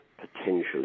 potentially